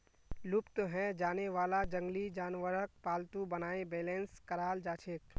लुप्त हैं जाने वाला जंगली जानवरक पालतू बनाए बेलेंस कराल जाछेक